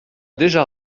déjà